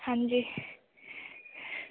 हाँ जी